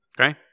okay